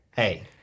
hey